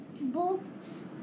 book's